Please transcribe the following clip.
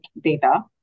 data